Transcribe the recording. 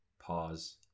pause